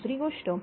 तर दुसरी गोष्ट